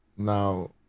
now